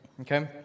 okay